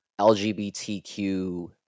LGBTQ